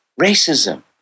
racism